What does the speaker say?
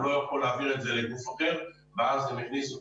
הוא לא יכול להעביר את זה לגוף אחר ואז הם הכניסו